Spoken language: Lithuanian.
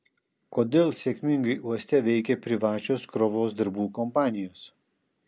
kodėl sėkmingai uoste veikia privačios krovos darbų kompanijos